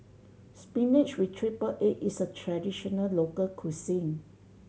spinach with triple egg is a traditional local cuisine